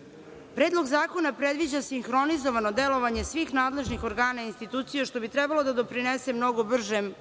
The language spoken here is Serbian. nasilja. Predlog zakona predviđa sinhronizovano delovanje svih nadležnih organa i institucija, što bi trebalo da doprinese mnogo bržem